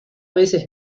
veces